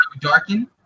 darken